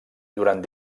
durant